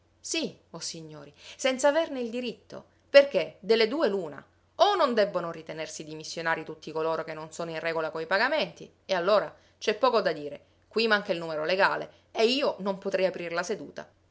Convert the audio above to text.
sì o signori senza averne il diritto perché delle due l'una o non debbono ritenersi dimissionarii tutti coloro che non sono in regola coi pagamenti e allora c'è poco da dire qui manca il numero legale ed io non potrei aprir la seduta